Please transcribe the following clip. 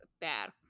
bad